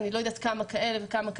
אני לא יודעת כמה כאלה וכמה כאלה,